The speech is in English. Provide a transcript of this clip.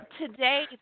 today